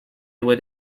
would